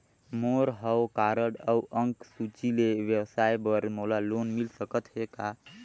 मोर हव कारड अउ अंक सूची ले व्यवसाय बर मोला लोन मिल सकत हे का?